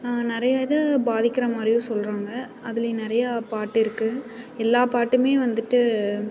நிறைய இது பாதிக்கிற மாதிரியும் சொல்கிறாங்க அதிலையும் நிறையா பாட்டு இருக்குது எல்லா பாட்டுமே வந்துவிட்டு